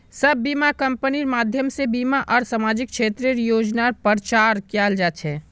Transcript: सब बीमा कम्पनिर माध्यम से बीमा आर सामाजिक क्षेत्रेर योजनार प्रचार कियाल जा छे